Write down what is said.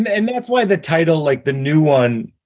and and that's why the title, like the new one,